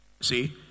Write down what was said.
See